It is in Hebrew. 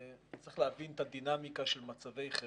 צריך להבין את הדינמיקה של מצבי חירום.